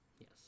Yes